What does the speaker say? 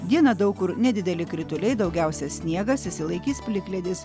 dieną daug kur nedideli krituliai daugiausia sniegas išsilaikys plikledis